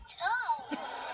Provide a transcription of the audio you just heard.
toes